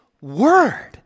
word